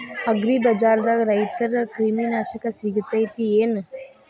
ಅಗ್ರಿಬಜಾರ್ದಾಗ ರೈತರ ಕ್ರಿಮಿ ನಾಶಕ ಸಿಗತೇತಿ ಏನ್?